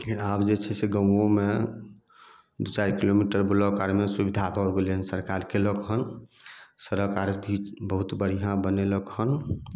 लेकिन आब जे छै से गाँओमे दू चारि किलोमीटर ब्लॉक आरमे सुबिधा भऽ गेल हन सरकार कयलक हन सड़क आर भी बहुत बढ़िआँ बनेलक हन